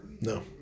No